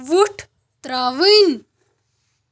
وُٹھ ترٛاوٕنۍ